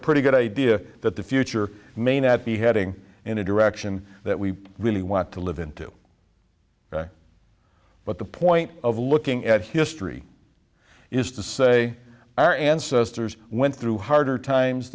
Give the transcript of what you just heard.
pretty good idea that the future may not be heading in a direction that we really want to live into but the point of looking at history is to say our ancestors went through harder times